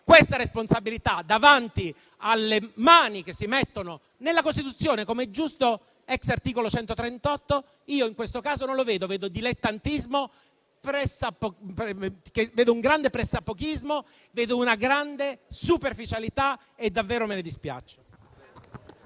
questa responsabilità, considerato che si mette mano alla Costituzione, come è giusto *ex* articolo 138, in questo caso non la vedo. Vedo dilettantismo, un grande pressappochismo, una grande superficialità e davvero me ne dispiaccio.